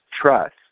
trust